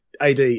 AD